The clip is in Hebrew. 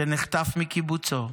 שנחטף מקיבוצו,